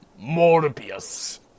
Morbius